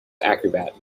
acrobat